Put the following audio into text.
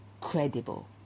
credible